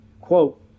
quote